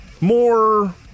more